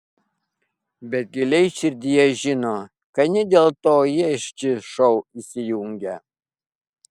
bet giliai širdyje žino kad ne dėl to jie šį šou įsijungia